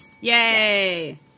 Yay